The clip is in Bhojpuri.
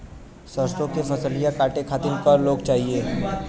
सरसो के फसलिया कांटे खातिन क लोग चाहिए?